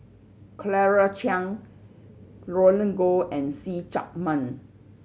Claire Chiang Roland Goh and See Chak Mun